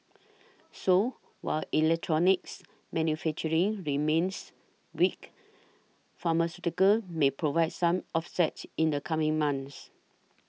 so while electronics manufacturing remains weak pharmaceuticals may provide some offset in the coming months